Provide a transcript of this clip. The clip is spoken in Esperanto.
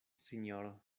sinjoro